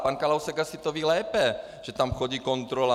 Pan Kalousek asi to ví lépe, že tam chodí kontrola.